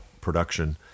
production